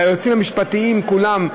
והיועצים המשפטים כולם,